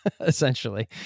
essentially